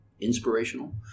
inspirational